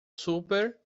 super